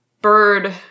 bird